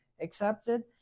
accepted